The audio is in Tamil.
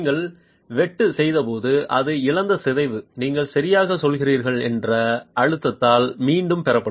நீங்கள் வெட்டு செய்தபோது அது இழந்த சிதைவு நீங்கள் சரியாகச் செய்கிறீர்கள் என்ற அழுத்தத்தால் மீண்டும் பெறப்படும்